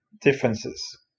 differences